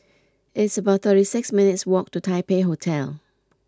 it's about thirty six minutes' walk to Taipei Hotel